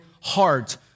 heart